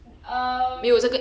um